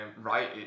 right